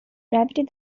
gravity